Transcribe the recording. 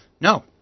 No